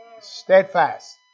steadfast